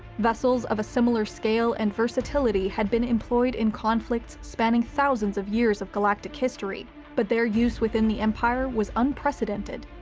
vessels of a similar scale and versatility had been employed in conflicts spanning thousands of years of galactic history but their use within the empire was unprecedented.